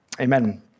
Amen